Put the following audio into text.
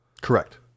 Correct